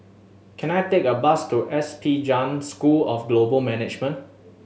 can I take a bus to S P Jain School of Global Management